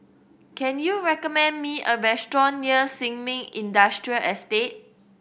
can you recommend me a restaurant near Sin Ming Industrial Estate